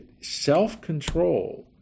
self-control